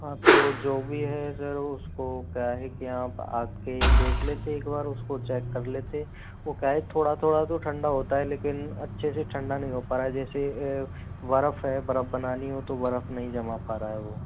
हाँ तो जो भी है सर उसको क्या है कि आप आके देख लेते एक बार उसको चेक कर लेते वो क्या है थोड़ा तो ठंडा होता है लेकिन अच्छे से ठंडा नहीं हो पा रहा है जैसे बर्फ है बर्फ बनानी हो तो बर्फ नहीं जमा पा रहा है वो